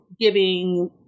giving